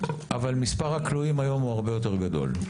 אבל מספר הכלואים היום הוא הרבה יותר גדול.